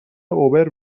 اوبر